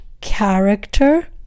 character